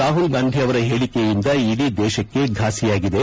ರಾಹುಲ್ ಗಾಂಧಿ ಅವರ ಹೇಳಕೆಯಿಂದ ಇಡೀ ದೇಶಕ್ಷೆ ಘಾಸಿಯಾಗಿದೆ